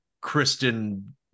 Kristen